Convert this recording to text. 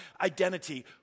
identity